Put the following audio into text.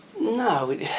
No